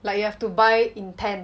like you have to buy in tens